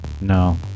No